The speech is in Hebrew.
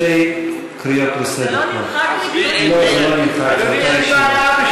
לצערה, רק תיקון אחד מבוטל כהוראת